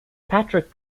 patrick